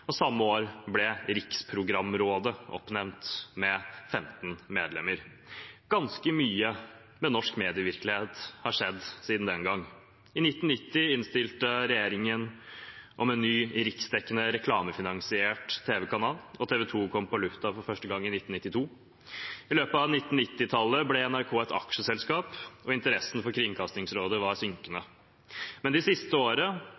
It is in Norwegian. og samme år ble Riksprogramrådet oppnevnt, med 15 medlemmer. Ganske mye har skjedd med norsk medievirkelighet siden den gang. I 1990 innstilte regjeringen om en ny riksdekkende, reklamefinansiert TV-kanal, og TV 2 kom på lufta for første gang i 1992. I løpet av 1990-tallet ble NRK et aksjeselskap, og interessen for Kringkastingsrådet var synkende. De siste